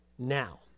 Now